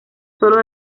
sólo